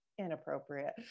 Inappropriate